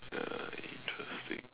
ya interesting